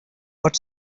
what